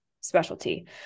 specialty